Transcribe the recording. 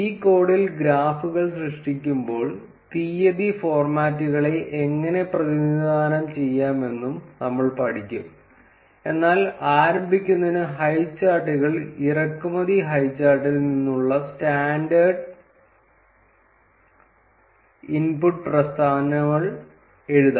ഈ കോഡിൽ ഗ്രാഫുകൾ സൃഷ്ടിക്കുമ്പോൾ തീയതി ഫോർമാറ്റുകളെ എങ്ങനെ പ്രതിനിധാനം ചെയ്യാമെന്നും നമ്മൾ പഠിക്കും എന്നാൽ ആരംഭിക്കുന്നതിന് ഹൈചാർട്ടുകൾ ഇറക്കുമതി ഹൈചാർട്ടിൽ നിന്നുള്ള സ്റ്റാൻഡേർഡ് ഇൻപുട്ട് പ്രസ്താവനകൾ എഴുതാം